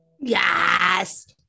Yes